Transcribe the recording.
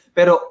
Pero